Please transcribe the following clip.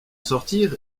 sortir